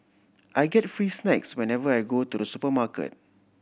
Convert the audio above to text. I get free snacks whenever I go to the supermarket